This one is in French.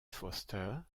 foster